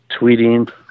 tweeting